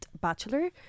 Bachelor